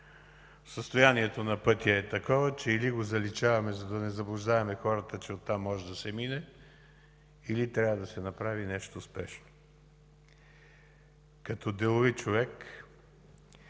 Състоянието на пътя е такова, че или го заличаваме, за да не заблуждаваме хората, че оттам може да се мине, или трябва да се направи нещо спешно. Като делови човек